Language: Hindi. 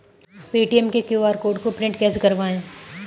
पेटीएम के क्यू.आर कोड को प्रिंट कैसे करवाएँ?